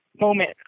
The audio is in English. moment